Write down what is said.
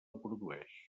produeix